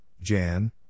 Jan